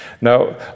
Now